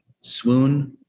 swoon